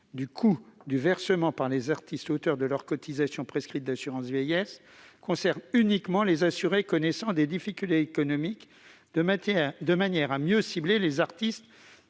du coût du versement par les artistes-auteurs de leurs cotisations prescrites d'assurance vieillesse concerne uniquement les assurés connaissant des difficultés économiques. Le but est de mieux cibler les artistes